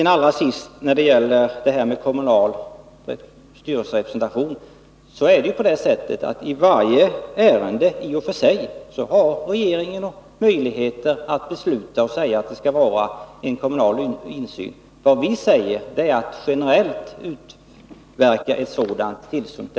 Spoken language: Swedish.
Allra sist: I fråga om kommunal styrelserepresentation är det så att regeringen i och för sig har möjlighet att i varje ärende besluta och säga att det skall vara kommunal insyn. Vad vi säger är att vi tycker det är felaktigt att generellt utverka ett sådant tillstånd.